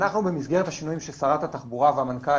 אנחנו במסגרת השינויים ששרת התחבורה והמנכ"ל